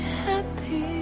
happy